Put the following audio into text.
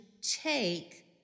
take